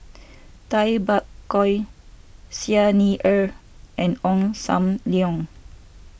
Tay Bak Koi Xi Ni Er and Ong Sam Leong